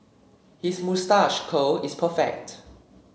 his moustache curl is perfect